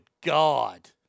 God